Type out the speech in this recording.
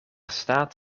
staat